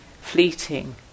fleeting